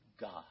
God